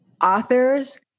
authors